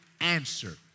answer